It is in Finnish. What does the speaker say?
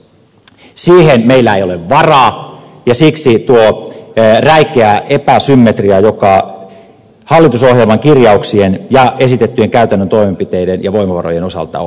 siihen meillä ei ole varaa ja siksi on tuo räikeä epäsymmetria joka hallitusohjelman kirjauksien ja esitettyjen käytännön toimenpiteiden ja voimavarojen osalta on